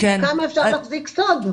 כמה אפשר להחזיק סוד?